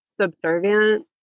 subservient